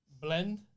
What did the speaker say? Blend